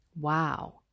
Wow